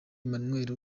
emmanuel